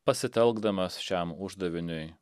pasitelkdamas šiam uždaviniui